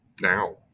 now